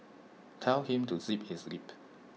tell him to zip his lip